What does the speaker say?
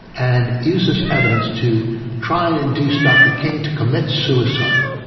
and used this evidence to try and induce dr king to commit suicide.